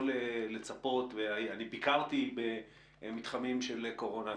לצפות אני ביקרתי במתחמים של קורונה.